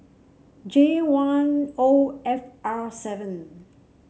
J one O F R seven